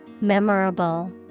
Memorable